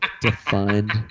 defined